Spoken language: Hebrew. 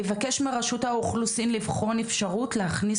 אבקש מרשות האוכלוסין וההגירה לבחון את האפשרות להכניס